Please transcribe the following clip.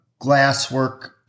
glasswork